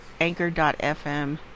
anchor.fm